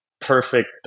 perfect